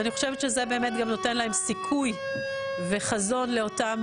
ואני חושבת שזה באמת נותן להם סיכוי וחזון לאותם